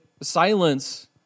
silence